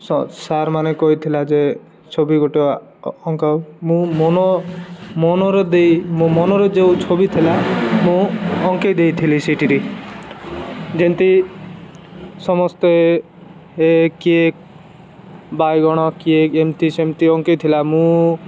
ସାର୍ମାନେ କହିଥିଲା ଯେ ଛବି ଗୋଟେ ଅଙ୍କ ମୁଁ ମନ ମନରେ ଦେଇ ମୋ ମନରେ ଯେଉଁ ଛବି ଥିଲା ମୁଁ ଅଙ୍କେଇ ଦେଇଥିଲି ସେଇଟିରେ ଯେନ୍ତି ସମସ୍ତେ ଏ କିଏ ବାଇଗଣ କିଏ କେମିତି ସେମିତି ଅଙ୍କେ ଥିଲା ମୁଁ